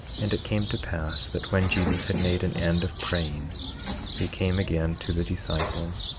and it came to pass that when jesus had made an end of praying he came again to the disciples,